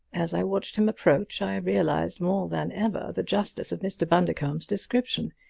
as i watched him approach i realized more than ever the justice of mr. bundercombe's description.